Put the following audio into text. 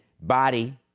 body